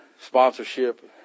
sponsorship